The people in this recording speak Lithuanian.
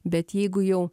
bet jeigu jau